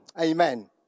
Amen